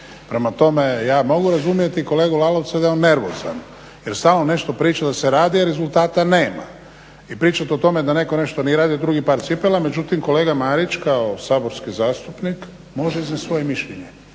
Prema tome, ja mogu razumjeti kolegu Lalovca da je on nervozan, jer stalno nešto priča da se radi, a rezultata nema. I pričat o tome da netko nešto nije radio je drugi par cipela. Međutim, kolega Marić kao saborski zastupnik može iznest svoje mišljenje